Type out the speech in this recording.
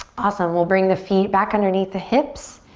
awesome, we'll bring the feet back underneath the hips.